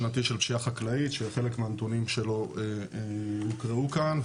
פשיעה חקלאית שחלק מהנתונים שלו נקראו כאן,